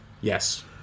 Yes